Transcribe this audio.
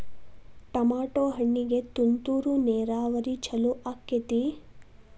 Tomato ಹಣ್ಣಿಗೆ ತುಂತುರು ನೇರಾವರಿ ಛಲೋ ಆಕ್ಕೆತಿ?